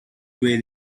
way